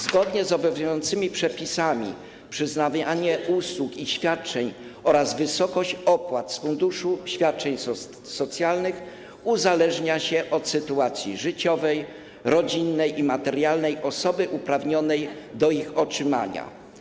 Zgodnie z obowiązującymi przepisami przyznawanie usług i świadczeń oraz wysokość opłat z funduszu świadczeń socjalnych uzależnia się od sytuacji życiowej, rodzinnej i materialnej osoby uprawnionej do ich otrzymania.